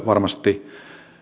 varmasti